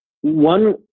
one